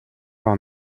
war